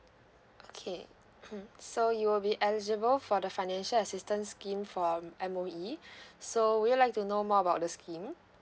okay hmm so you'll be eligible for the financial assistance scheme from M_O_E so would you like to know more about the scheme